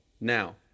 now